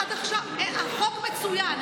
עד עכשיו החוק מצוין,